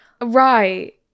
Right